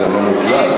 גם לא מאוכזב?